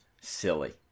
silly